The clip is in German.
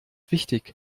wichtig